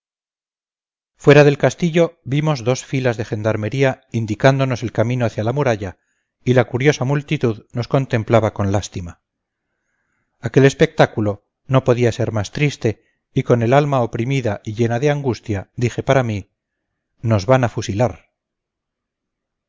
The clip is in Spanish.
fuera del castillo vimos dos filas de gendarmería indicándonos el camino hacia la muralla y la curiosa multitud nos contemplaba con lástima aquel espectáculo no podía ser más triste y con el alma oprimida y llena de angustia dije para mí nos van a fusilar